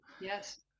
Yes